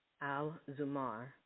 Al-Zumar